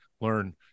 learn